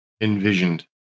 envisioned